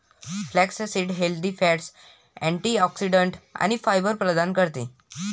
flaxseed healthy fats, antioxidants आणि fibre प्रदान करते